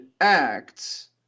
acts